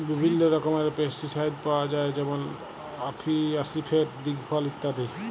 বিভিল্ল্য রকমের পেস্টিসাইড পাউয়া যায় যেমল আসিফেট, দিগফল ইত্যাদি